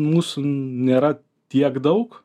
mūsų nėra tiek daug